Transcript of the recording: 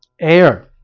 air